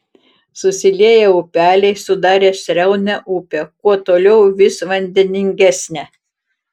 susilieję upeliai sudarė sraunią upę kuo toliau vis vandeningesnę